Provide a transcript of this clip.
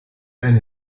eine